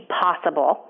possible